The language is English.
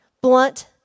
Blunt